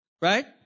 right